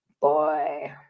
Boy